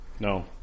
No